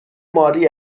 ماری